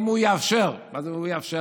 אם הוא יאפשר מה זה "אם הוא יאפשר",